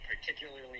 particularly